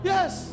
Yes